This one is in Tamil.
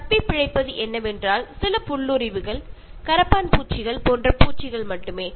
தப்பிப்பிழைப்பது என்னவென்றால் சில புல்லுருவிகள் கரப்பான் பூச்சிகள் போன்ற பூச்சிகள் மட்டுமே